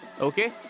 Okay